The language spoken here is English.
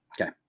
Okay